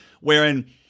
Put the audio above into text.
wherein